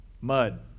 mud